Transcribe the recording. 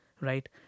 Right